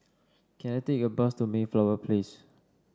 can I take a bus to Mayflower Place